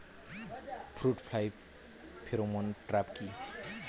Fruit fly pheromone trap কি?